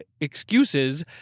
excuses